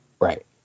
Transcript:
Right